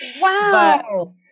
Wow